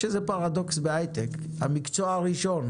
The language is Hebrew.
יש איזה פרדוקס בהייטק: המקצוע הראשון